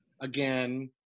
again